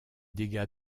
dégâts